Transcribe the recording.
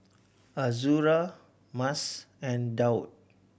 Azura Mas and Daud